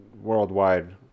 worldwide